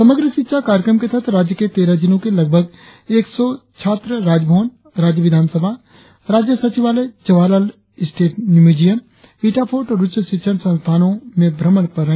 समग्र शिक्षा कार्यक्रम के तहत राज्य के तेरह जिलों के लगभग एक सौ छात्र राजभवन राज्य विधानसभा राज्य सचिवालय जवाहरलाल स्टेट म्यूमियम ईटाफोर्ट और उच्च शिक्षण संस्थानों के भ्रमण पर है